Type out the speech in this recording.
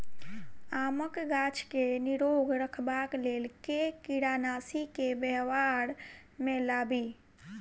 आमक गाछ केँ निरोग रखबाक लेल केँ कीड़ानासी केँ व्यवहार मे लाबी?